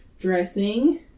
dressing